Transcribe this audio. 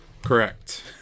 Correct